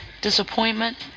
disappointment